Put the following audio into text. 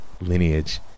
lineage